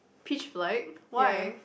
pitch black why